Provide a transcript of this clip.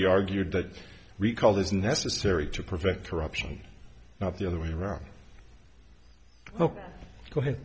be argued that recall is necessary to prevent corruption not the other way around oh go ahead